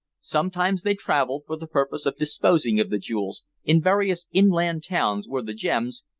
sometimes they traveled for the purpose of disposing of the jewels in various inland towns where the gems,